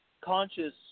conscious